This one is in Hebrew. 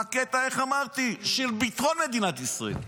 בקטע של ביטחון מדינת ישראל.